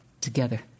together